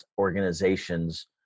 organizations